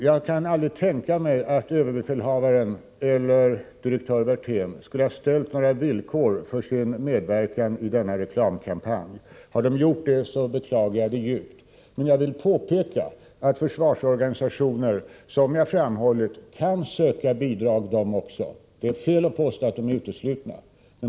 Jag kan aldrig tänka mig att överbefälhavaren eller direktör Werthén skulle ha ställt några villkor för sin medverkan i reklamkampanjen. Har de gjort det, beklagar jag det djupt. Men jag vill påpeka att även försvarsorganisationer, som jag framhållit, kan söka bidrag. Det är fel att påstå att de är uteslutna.